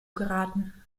geraten